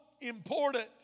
important